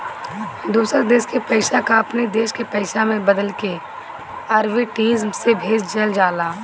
दूसर देस के पईसा कअ अपनी देस के पईसा में बदलके आर्बिट्रेज से भेजल जाला